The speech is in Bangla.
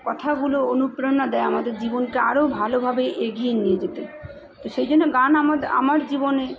কথাগুলো অনুপ্রেরণা দেয় আমাদের জীবনকে আরও ভালোভাবে এগিয়ে নিয়ে যেতে তো সেই জন্য গান আমাদের আমার জীবনে